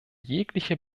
jegliche